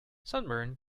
sunburn